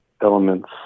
elements